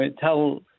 tell